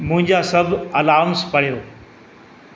मुंहिंजा सभु अलाम्स पढ़ियो